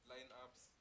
Lineups